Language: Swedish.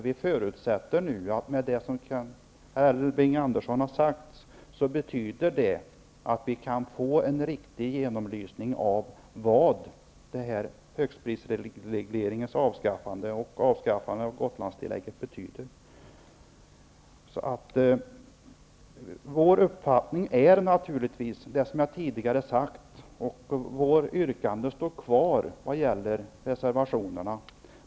Vi förutsätter nu att det Elving Andersson har sagt betyder att vi kan få en riktig genomlysning av vad högstprisregleringens och Gotlandstilläggets avskaffande innebär. Vår uppfattning är naturligtvis den som jag tidigare har redovisat, och vårt yrkande står kvar vad gäller reservationerna.